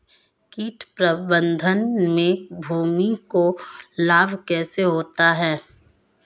कीट प्रबंधन से भूमि को लाभ कैसे होता है?